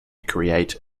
create